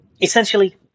Essentially